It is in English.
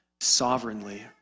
sovereignly